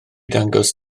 dangos